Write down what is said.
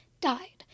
died